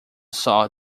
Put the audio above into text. saw